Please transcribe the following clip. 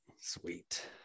Sweet